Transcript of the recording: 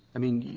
i mean,